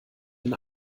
den